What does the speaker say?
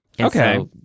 Okay